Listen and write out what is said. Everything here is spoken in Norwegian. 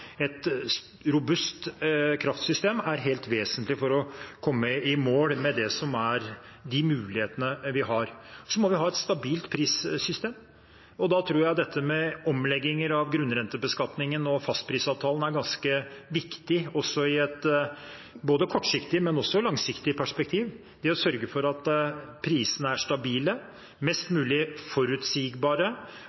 et robust kraftsystem, er helt vesentlig for å komme i mål med de mulighetene vi har. Så må vi ha et stabilt prissystem, og da tror jeg dette med omlegginger av grunnrentebeskatningen og fastprisavtalen er ganske viktig, både i et kortsiktig og i et langsiktig perspektiv. Det å sørge for at prisene er stabile, mest